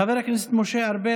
חבר הכנסת משה ארבל.